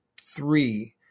three